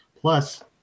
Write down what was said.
Plus